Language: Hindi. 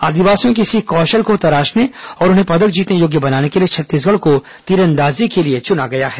आदिवासियों के इसी कौशल को तराशने और उन्हें पदक जीतने योग्य बनाने के लिए छत्तीसगढ़ को तीरंदाजी के लिए चुना गया है